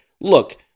look